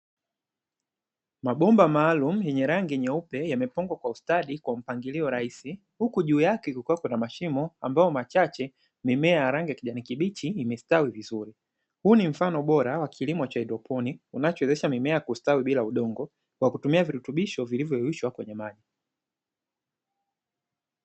Mabomba maalumu yenye rangi nyeupe, yamepangwa kwa ustadi kwa mpangilio rahisi, huku juu yake kuna mashine chache mimea ya rangi ya kibichi imestawi vizuri huu ni mfano wa kilimo cha haidroponi, kinachowezesha mimea kustawi bila udongo kwa kutumia virutubisho vilivyoyeyushwa kwenye maji.